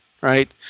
right